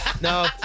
No